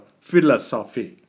philosophy